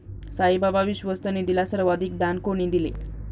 साईबाबा विश्वस्त निधीला सर्वाधिक दान कोणी दिले?